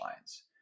lines